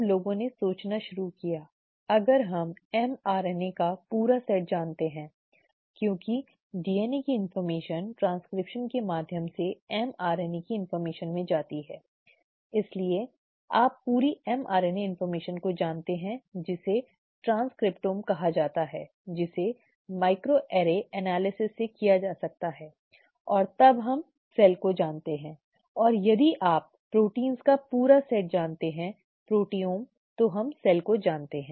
तब लोगों ने सोचना शुरू किया अगर हम एम आरएनए का पूरा सेट जानते हैं क्योंकि DNA की जानकारी ट्रांसक्रिप्शन के माध्यम से mRNA की जानकारी में जाती है इसलिए आप पूरी mRNA जानकारी को जानते हैं जिसे ट्रांसक्रिपटॉम कहा जाता है जिसे सूक्ष्म सरणी विश्लेषण से किया जा सकता है और तब हम कोशिका को जानते हैं और यदि आप प्रोटीन का पूरा सेट जानते हैं प्रोटिओम तो हम कोशिका को जानते हैं